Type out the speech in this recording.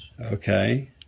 Okay